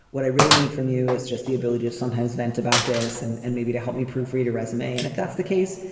what i really need from you is just the ability to sometimes vent about this and and maybe to help me proofread a resume. and if that's the case,